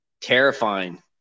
terrifying